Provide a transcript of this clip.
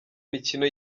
mikino